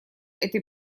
этой